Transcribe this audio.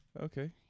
Okay